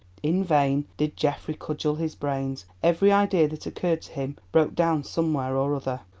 in vain did geoffrey cudgel his brains every idea that occurred to him broke down somewhere or other.